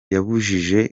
yamubajije